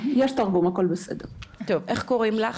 לתרגם את